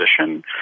position